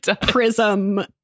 prism